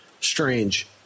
strange